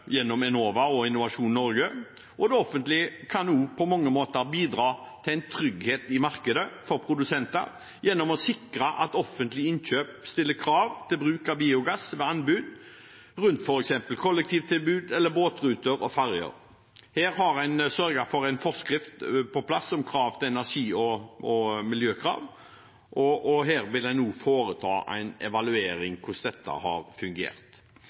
gjennom både Enova og Innovasjon Norge. Det offentlige kan også på mange måter bidra til en trygghet i markedet for produsenter gjennom å sikre at offentlige innkjøpere stiller krav til bruk av biogass ved anbud, i f.eks. kollektivtilbud eller båtruter og ferjer. Der har en sørget for å få på plass en forskrift om energi- og miljøkrav, og en vil nå foreta en evaluering av hvordan dette har fungert.